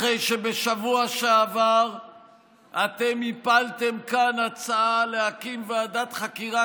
אחרי שבשבוע שעבר אתם הפלתם כאן הצעה להקים ועדת חקירה